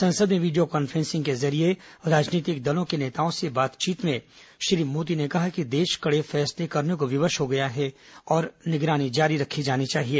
संसद में video conferencing के जरिये राजनीतिक दलों के नेताओं से बातचीत में श्री मोदी ने कहा कि देश कड़े फैसले करने को विवश हो गया है और निगरानी जारी रखी जानी चाहिए